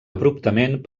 abruptament